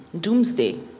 doomsday